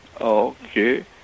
Okay